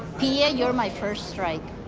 pia, you're my first strike.